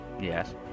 Yes